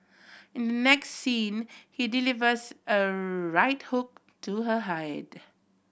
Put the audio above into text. in the next scene he delivers a right hook to her head